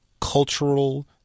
cultural